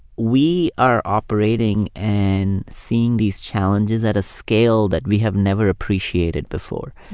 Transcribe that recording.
we are operating and seeing these challenges at a scale that we have never appreciated before.